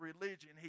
religion